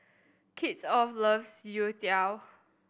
Kristoffer loves youtiao